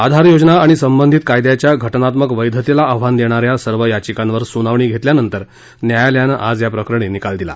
आधार योजना आणि संबंधित कायद्याच्या घटनात्मक वैधतेला आव्हान देणाऱ्या सर्व याचिकांवर सुनावणी घेतल्यानंतर न्यायालयानं आज या प्रकरणी निकाल दिला